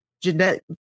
genetic